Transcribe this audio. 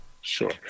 sure